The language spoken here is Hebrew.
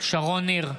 שרון ניר,